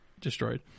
destroyed